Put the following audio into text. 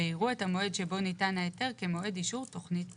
ויראו את המועד שבו ניתן ההיתר כמועד אישור תכנית פוגעת,